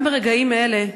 גם ברגעים אלה,